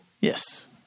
Yes